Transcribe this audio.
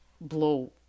blow